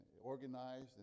organized